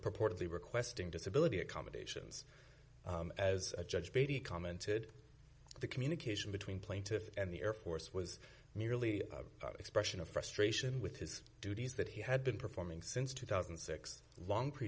purportedly requesting disability accommodations as a judge beatty commented the communication between plaintiff and the air force was merely expression of frustration with his duties that he had been performing since two thousand and six long